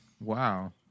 Wow